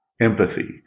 Empathy